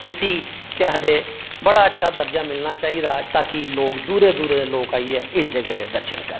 इसी केह् आखदे बड़ा अच्छा दर्जा मिलना चाहिदा ताकि लोक दूरै दूरै दे लोक आइयै इस जगह् दे दर्शन करन